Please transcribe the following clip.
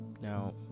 now